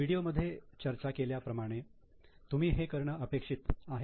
व्हिडिओमध्ये चर्चा केल्याप्रमाणे तुम्ही हे करणं अपेक्षित आहे